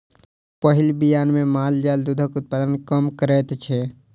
पहिल बियान मे माल जाल दूधक उत्पादन कम करैत छै